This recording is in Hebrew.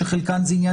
שחלקן זה עניין